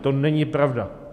To není pravda!